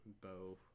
bow